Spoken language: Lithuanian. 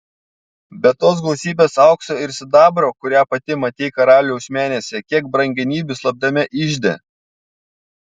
be tos gausybės aukso ir sidabro kurią pati matei karaliaus menėse kiek brangenybių slaptame ižde